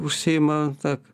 užsiima ta